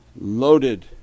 loaded